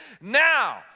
now